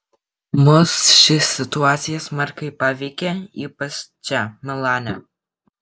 mus ši situacija smarkiai paveikė ypač čia milane